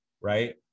right